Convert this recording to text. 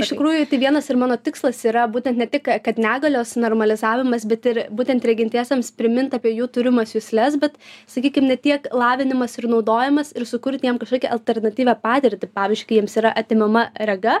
iš tikrųjų tai vienas ir mano tikslas yra būtent ne tik kad negalios normalizavimas bet ir būtent regintiesiems primint apie jų turimas jusles bet sakykim ne tiek lavinimas ir naudojimas ir sukurt tiem kažkokią alternatyvią patirtį pavyzdžiui kai jiems yra atimama rega